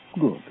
Good